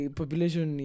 population